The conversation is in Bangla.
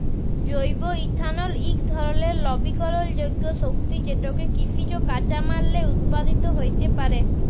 জৈব ইথালল ইক ধরলের লবিকরলযোগ্য শক্তি যেটকে কিসিজ কাঁচামাললে উৎপাদিত হ্যইতে পারে